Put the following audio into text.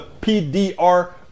PDR